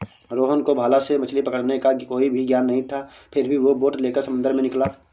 रोहन को भाला से मछली पकड़ने का कोई भी ज्ञान नहीं था फिर भी वो बोट लेकर समंदर में निकला